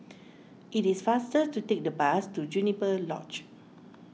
it is faster to take the bus to Juniper Lodge